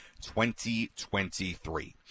2023